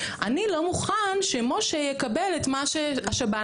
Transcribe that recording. אני לא מוכן שמשה יקבל את מה שהשב"ן